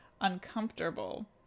uncomfortable